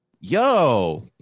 yo